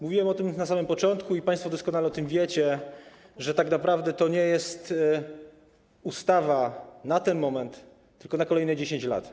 Mówiłem o tym na samym początku i państwo doskonale o tym wiecie, że tak naprawdę to jest ustawa nie na ten moment, tylko na kolejne 10 lat.